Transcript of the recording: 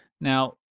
now